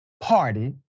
party